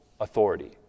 authority